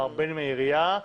בין אם העירייה,